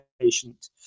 patient